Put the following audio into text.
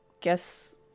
Guess